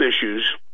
issues